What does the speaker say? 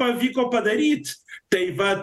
pavyko padaryt tai vat